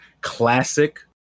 classic